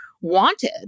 wanted